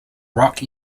rock